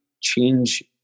change